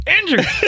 injured